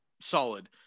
solid